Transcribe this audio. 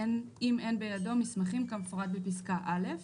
"אם אין בידו מסמכים כמפורט בפסקה (א)."